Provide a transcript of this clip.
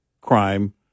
crime